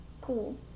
cool